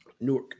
Newark